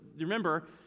remember